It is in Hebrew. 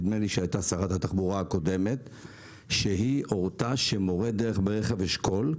נדמה לי ששרת התחבורה הקודמת הורתה שמורי דרך ברכב אשכול,